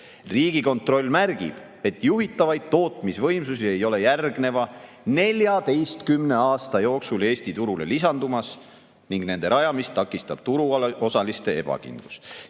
Riigikontroll märgib, et juhitavaid tootmisvõimsusi ei ole järgneva 14 aasta jooksul Eesti turule lisandumas ning nende rajamist takistab turuosaliste ebakindlus.